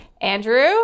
Andrew